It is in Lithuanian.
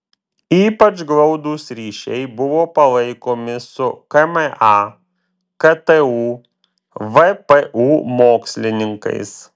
ypač glaudūs ryšiai buvo palaikomi su kma ktu vpu mokslininkais